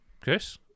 Chris